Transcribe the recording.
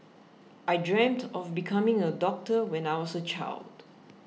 I dreamt of becoming a doctor when I was a child